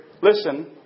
listen